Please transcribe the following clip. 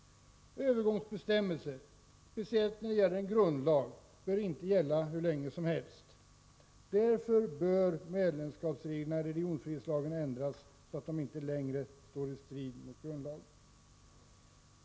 Övergångsbestämmelser, speciellt vad avser en grundlag, bör rimligen inte gälla hur länge som helst. Därför bör medlemskapsreglerna i religionsfrihetslagen ändras, så att de inte längre står i strid med grundlagen.